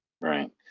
Right